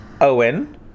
Owen